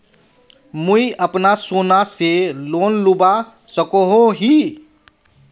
मुई अपना सोना से लोन लुबा सकोहो ही?